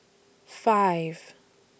five